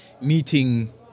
meeting